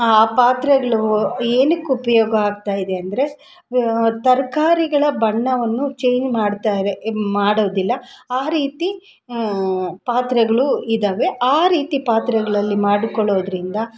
ಆ ಪಾತ್ರೆಗಳು ಏನಕ್ಕೆ ಉಪಯೋಗ ಆಗ್ತಾಯಿದೆ ಅಂದರೆ ತರಕಾರಿಗಳ ಬಣ್ಣವನ್ನು ಚೇಂಜ್ ಮಾಡ್ತಾರೆ ಮಾಡೋದಿಲ್ಲ ಆ ರೀತಿ ಪಾತ್ರೆಗಳು ಇದ್ದಾವೆ ಆ ರೀತಿ ಪಾತ್ರೆಗಳಲ್ಲಿ ಮಾಡಿಕೊಳ್ಳೋದ್ರಿಂದ